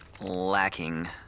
lacking